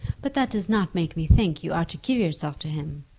but that does not make me think you ought to give yourself to him.